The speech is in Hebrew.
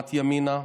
לתנועת ימינה,